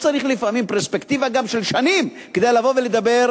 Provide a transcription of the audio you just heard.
לפעמים לא צריך פרספקטיבה של שנים כדי לבוא ולדבר,